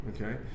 okay